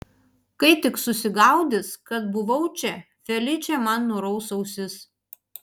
kai tik susigaudys kad buvau čia feličė man nuraus ausis